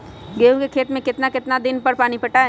गेंहू के खेत मे कितना कितना दिन पर पानी पटाये?